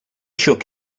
shook